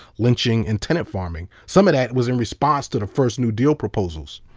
lynching and tenant farming. some of that was in response to the first new deal proposals.